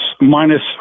minus